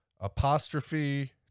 apostrophe